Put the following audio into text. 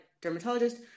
dermatologist